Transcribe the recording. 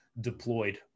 deployed